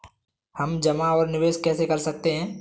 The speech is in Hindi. हम जमा और निवेश कैसे कर सकते हैं?